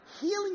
healing